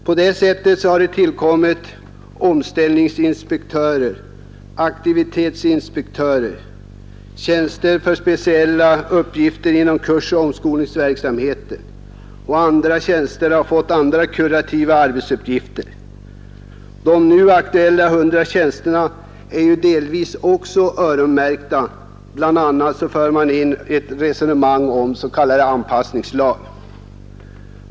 På detta sätt har det tillkommit omställningsinspektörer, aktivitetsinspektörer och tjänstemän för speciella uppgifter inom kursoch omskolningsverksamheten och dessutom tjänstemän för andra kurativa arbetsuppgifter. De 100 nu aktuella tjänsterna är delvis också öronmärkta — bl.a. för man in ett resonemang om s.k. anpassningslag.